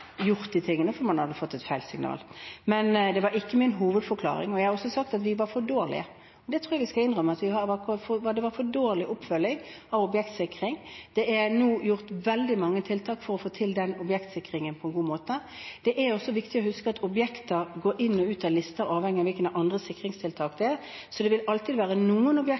fått et feil signal. Men det var ikke min hovedforklaring. Jeg har også sagt at vi var for dårlige. Det tror jeg vi skal innrømme. Det var for dårlig oppfølging av objektsikringen. Det er nå gjort veldig mange tiltak for å få til objektsikringen på en god måte. Det er også viktig å huske at objekter går inn og ut av lister avhengig av andre sikringstiltak, så det vil alltid være noen